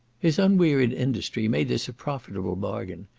his unwearied industry made this a profitable bargain,